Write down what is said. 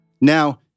Now